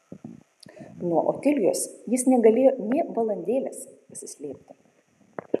nuo otilijos jis negalėjo nė valandėlės pasislėpti